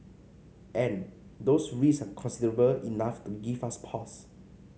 and those risks are considerable enough to give us pause